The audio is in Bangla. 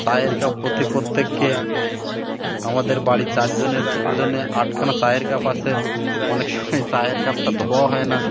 চায়ের কাপ প্রতি প্রত্যেককে আমাদের বাড়ি চারজনের জন্যে আটখানা চায়ের কাপ আসে অনেক সময় চায়ের কাপটা ধোয়া হয় না